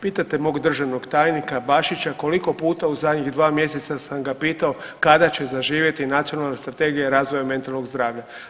Pitajte mog državnog tajnika Bašića koliko puta u zadnjih 2 mjeseca sam ga pitao kada će zaživjeti nacionalna strategija razvoja mentalnog zdravlja.